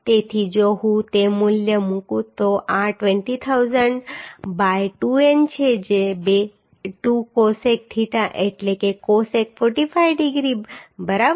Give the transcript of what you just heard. તેથી જો હું તે મૂલ્ય મૂકું તો આ 20000 બાય 2N છે 2 કોસેક થીટા એટલે કોસેક 45 ડિગ્રી બરાબર